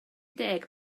deg